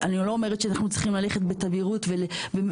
אני לא אומרת שאנחנו צריכים ללכת בתדירות ווטרינר